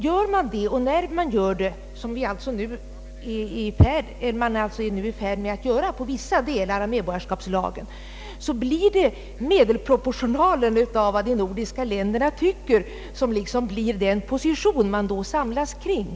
Gör man det — vilket man alltså nu efter lång utredning är i färd med att göra i vissa andra delar av medborgarskapslagen — blir helt naturligt medelproportionalen av vad de nordiska länderna tycker den position som man då samlas kring.